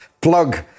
Plug